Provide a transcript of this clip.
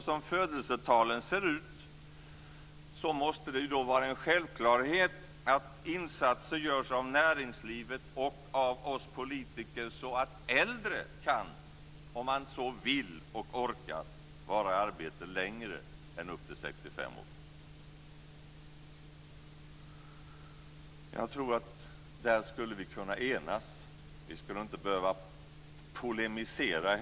Som födelsetalen ser ut måste det vara en självklarhet att insatser görs av näringslivet och av oss politiker så att äldre kan, om de så vill och orkar, vara i arbete längre än upp till 65 år. Där skulle vi kunna enas. Vi skulle inte heller behöva polemisera.